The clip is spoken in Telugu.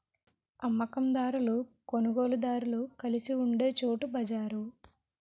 అమ్మ కందారులు కొనుగోలుదారులు కలిసి ఉండే చోటు బజారు